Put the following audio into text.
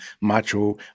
macho